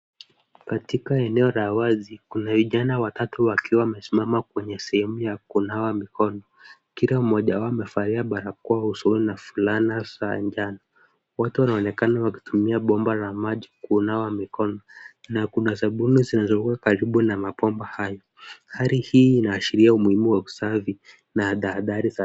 Katika eneo la wazi, kuna vijana watatu wakiwa wamesimama kwenye sehemu ya kunawa mikono. Kila mmoja wao amevalia barakoa usoni na fulana za njano. Wote wanaonekana wakitumia bomba la maji kunawa mikono, na kuna sabuni zilizowekwa karibu na mabomba hayo. Hali hii inaashiria umuhimu wa usafi na tahadhari zake.